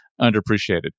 underappreciated